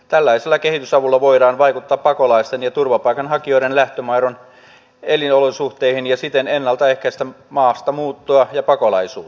tällaisella kehitysavulla voidaan vaikuttaa pakolaisten ja turvapaikanhakijoiden lähtömaiden elinolosuhteisiin ja siten ennalta ehkäistä maastamuuttoa ja pakolaisuutta